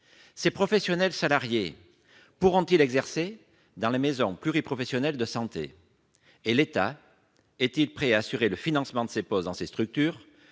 Ces professionnels salariés pourront-ils exercer dans les maisons pluriprofessionnelles de santé ? L'État est-il prêt à assurer le financement de ces postes dans de telles structures,